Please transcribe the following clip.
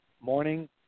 morning